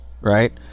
right